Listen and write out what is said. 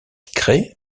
crée